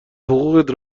حقوقت